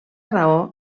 raó